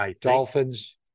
Dolphins